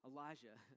Elijah